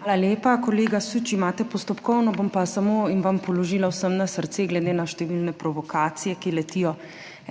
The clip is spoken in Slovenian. Hvala lepa. Kolega Sűč, imate postopkovno. bom pa samo in vam položila vsem na srce, glede na številne provokacije, ki letijo,